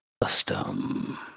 custom